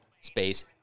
space